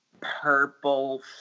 purple